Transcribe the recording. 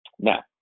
Now